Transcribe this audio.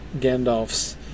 Gandalf's